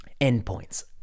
endpoints